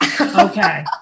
Okay